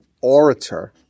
orator